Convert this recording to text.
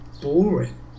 boring